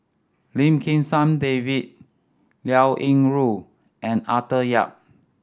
Lim Kim San David Liao Yingru and Arthur Yap